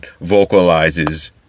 vocalizes